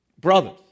Brothers